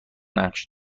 نقش